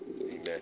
amen